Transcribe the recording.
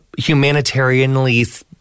humanitarianly